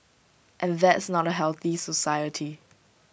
and that's not A healthy society